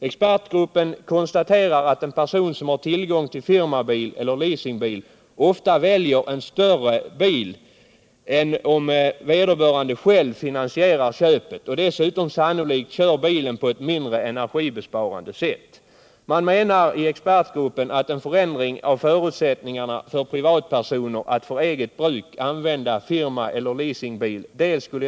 Expertgruppen konstaterar att en person som har tillgång till firmabil eller leasingbil ofta väljer en större bil än om han själv skulle ha finansierat köpet och dessutom sannolikt kör bilen på ett mindre energibesparande sätt. Experterna menar att en förändring av förutsättningarna för privatpersoner att för eget bruk använda firmaeller leasingbil skulle dels.